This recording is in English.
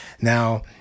Now